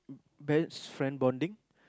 best friend bonding